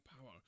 power